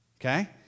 Okay